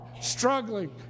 struggling